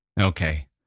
Okay